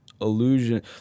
illusion